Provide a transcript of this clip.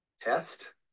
test